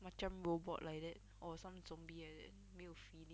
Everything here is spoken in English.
macam robot like that or some zombie like that 没有 feeling